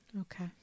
Okay